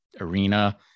arena